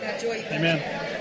Amen